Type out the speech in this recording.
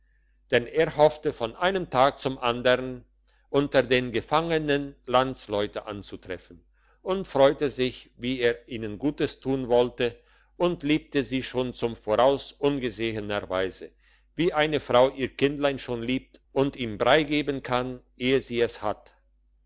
denn er hoffte von einem tag zum andern unter den gefangenen landsleute anzutreffen und freute sich wie er ihnen gutes tun wollte und liebte sie schon zum voraus ungesehener weise wie eine frau ihr kindlein schon liebt und ihm brei geben kann ehe sie es hat